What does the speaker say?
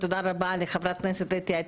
תודה רבה לחברת הכנסת אתי עטייה,